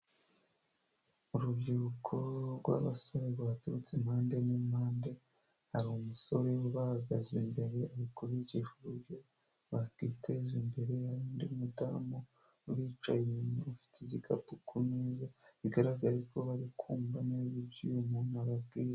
Urubyiruko rw'abasore rwaturutse impande n'impande, hari umusore ubahagaze imbere ari kubigisha uburyo bakiteza imbere, hari n'undi mudamu ubicaye inyuma ufite igikapu ku meza, bigaragare ko bari kumva neza ibyo uyu muntu ababwira.